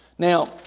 Now